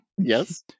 yes